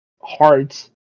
Hearts